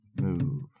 move